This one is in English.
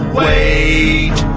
wait